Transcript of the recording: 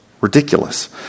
Ridiculous